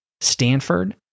Stanford